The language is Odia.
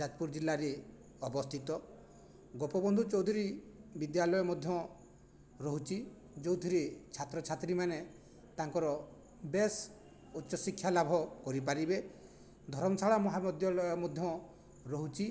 ଯାଜପୁର ଜିଲ୍ଲାରେ ଅବସ୍ଥିତ ଗୋପବନ୍ଧୁ ଚୌଧରୀ ବିଦ୍ୟାଲୟ ମଧ୍ୟ ରହୁଛି ଯେଉଁଥିରେ ଛାତ୍ରଛାତ୍ରୀମାନେ ତାଙ୍କର ବେଶ ଉଚ୍ଚଶିକ୍ଷା ଲାଭ କରିପାରିବେ ଧରମଶାଳା ମହାବିଦ୍ୟାଳୟ ମଧ୍ୟ ରହୁଛି